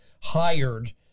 hired